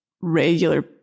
regular